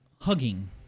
hugging